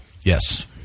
Yes